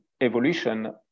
evolution